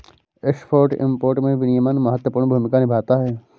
export import में विनियमन महत्वपूर्ण भूमिका निभाता है